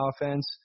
offense